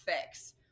fix